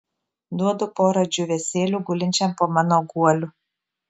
duodu porą džiūvėsėlių gulinčiam po mano guoliu